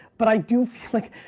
but i do feel like.